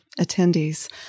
attendees